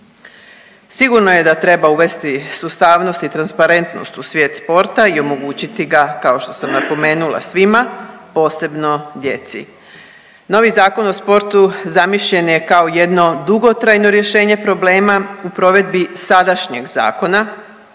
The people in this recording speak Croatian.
Sigurno je da treba uvesti sustavnost i transparentnost u svijet sporta i omogućiti ga kao što sam napomenula svima posebno djeci. Novi Zakon o sportu zamišljen je kao jedno dugotrajno rješenje problema u provedbi sadašnjeg zakona